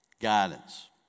Guidance